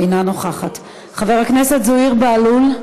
אינה נוכחת, בחר הכנסת זוהיר בהלול,